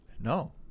No